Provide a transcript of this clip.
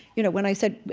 you know, when i said,